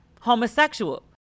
homosexual